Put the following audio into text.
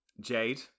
Jade